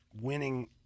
winning